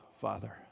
Father